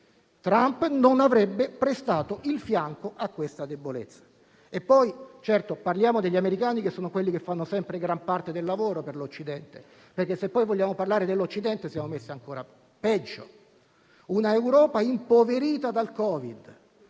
Trump non avrebbe prestato il fianco a questa debolezza. Parliamo degli americani che sono quelli che fanno sempre gran parte del lavoro per l'Occidente. E se poi vogliamo parlare dell'Occidente, siamo messi ancora peggio. Un'Europa impoverita dal Covid,